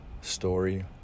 story